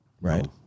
right